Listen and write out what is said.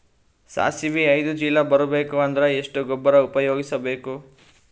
ಸಾಸಿವಿ ಐದು ಚೀಲ ಬರುಬೇಕ ಅಂದ್ರ ಎಷ್ಟ ಗೊಬ್ಬರ ಉಪಯೋಗಿಸಿ ಬೇಕು?